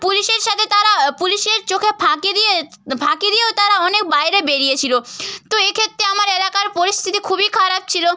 পুলিশের সাথে তারা পুলিশের চোখে ফাঁকি দিয়ে ফাঁকি দিয়েও তারা অনেক বাইরে বেরিয়েছিল তো এক্ষেত্রে আমার এলাকার পরিস্থিতি খুবই খারাপ ছিল